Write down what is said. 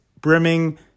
brimming